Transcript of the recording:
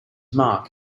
mark